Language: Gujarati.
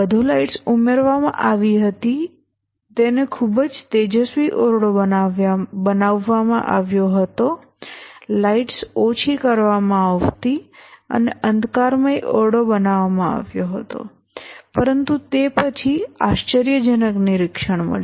વધુ લાઇટ્સ ઉમેરવામાં આવી હતી તેને ખૂબ જ તેજસ્વી ઓરડો બનાવવામાં આવ્યો હતો લાઇટ્સ ઓછી કરવામાં આવતી અને અંધકારમય ઓરડો બનાવવામાં આવ્યો હતો પરંતુ તે પછી આશ્ચર્યજનક નિરીક્ષણ મળ્યું